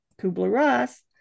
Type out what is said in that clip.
Kubler-Ross